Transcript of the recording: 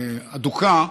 אדוקה,